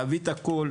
להביא את הכל,